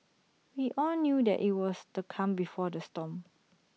we all knew that IT was the calm before the storm